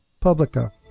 publica